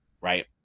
right